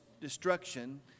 destruction